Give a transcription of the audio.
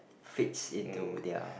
fits into their